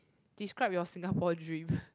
describe your Singapore dream